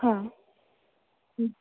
ಹಾಂ ಹ್ಞೂ